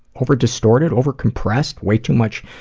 over distorted, over compressed, way too much